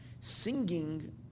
Singing